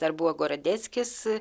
dar buvo gorodeckis